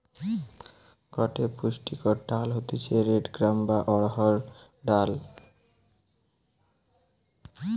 গটে পুষ্টিকর ডাল হতিছে রেড গ্রাম বা অড়হর ডাল